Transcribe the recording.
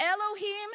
Elohim